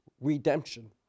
redemption